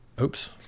Oops